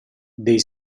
dei